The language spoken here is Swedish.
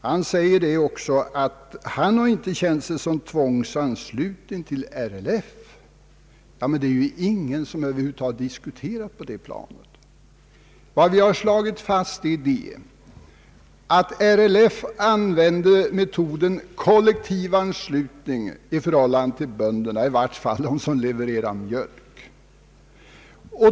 Han sade också att han inte känt sig tvångsanslu ten till RLF. Men det är ju ingen som över huvud taget har diskuterat på det planet! Vad vi har slagit fast är att RLF använder kollektivanslutningsmetoden för bönderna, i varje fall för dem som levererar mjölk.